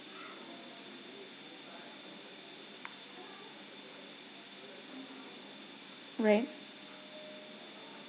right